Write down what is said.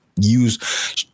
use